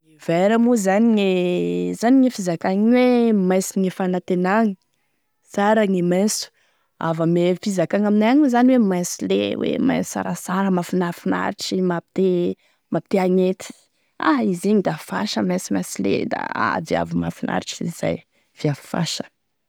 E vert moa zany gne zany moa e fizakagny igny hoe mainso ne fanantenagny, sara gne mainso, avy ame fizakagny aminay agny moa zany hoe mainso le, mainso sarasara, mahafinafinaritry, mapite mapite-hagnety, ah izy igny da fasha, mainsomainso le da ah viavy mahafinaritry izy zay, viavy fasa.